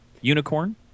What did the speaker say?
unicorn